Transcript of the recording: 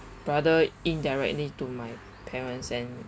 rather indirectly to my parents and